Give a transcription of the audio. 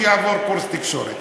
שיעבור קורס תקשורת.